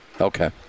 Okay